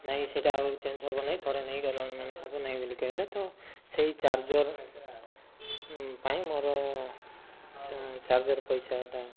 ନାହିଁ ସେଇଟା ଆଉ ଚେଞ୍ଜ ହବ ନାହିଁ ଥରେ ନେଇ ଗଲେଣି ମାନେ ହବ ନାହିଁ ବୋଲି କହିଲେ ତ ସେଇ ଚାର୍ଜର୍ ପାଇଁ ମୋର ଚାର୍ଜର୍ ପଇସାଟା